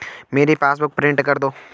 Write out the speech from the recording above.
मेरी passbook print कर दो